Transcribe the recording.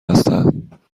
هستند